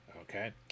okay